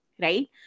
right